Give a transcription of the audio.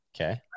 Okay